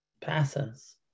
passes